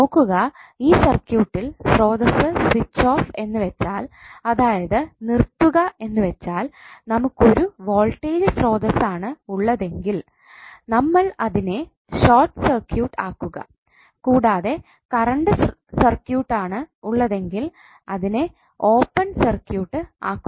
നോക്കുക ഈ സർക്യൂട്ടിൽ സ്രോതസ്സ് സ്വിച്ച് ഓഫ് എന്നുവെച്ചാൽ അതായത് നിർത്തുക എന്നുവെച്ചാൽ നമുക്കൊരു വോൾട്ടേജ് സ്രോതസ്സ് ആണ് ഉള്ളതെങ്കിൽ നമ്മൾ അതിനെ ഷോർട്ട് സർക്യൂട്ട് ആക്കുക കൂടാതെ കറണ്ട് സർക്യൂട്ടാണ് ഉള്ളതെങ്കിൽ അതിനെ ഓപ്പൺ സർക്യൂട്ട് ആക്കുക